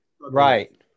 right